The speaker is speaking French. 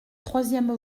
troisième